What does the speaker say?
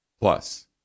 Plus